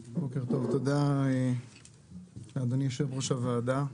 תודה, אדוני יושב ראש הוועדה,